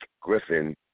Griffin